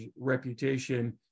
reputation